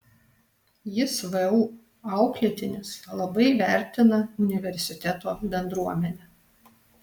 jis vu auklėtinis labai vertina universiteto bendruomenę